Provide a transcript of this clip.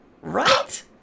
Right